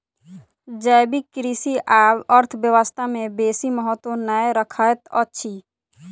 जैविक कृषि आब अर्थव्यवस्था में बेसी महत्त्व नै रखैत अछि